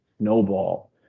snowball